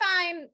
fine